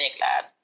lab